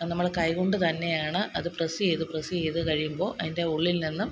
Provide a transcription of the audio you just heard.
അത് നമ്മൾ കൈ കൊണ്ട് തന്നെയാണ് അത് പ്രെസസ് ചെയ്ത പ്രെസസ് ചെയ്ത കഴിയുമ്പോൾ അതിൻ്റെ ഉള്ളിൽ നിന്നും